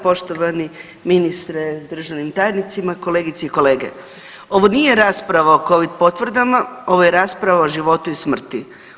Poštovani ministre s državnim tajnicima, kolegice i kolege, ovo nije rasprava o Covid potvrdama ovo je rasprava o životu i smrti.